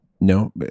no